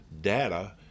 data